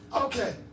Okay